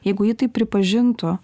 jeigu ji tai pripažintų